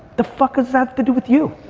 the fuck has ah to do with you?